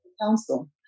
Council